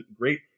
great